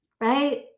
right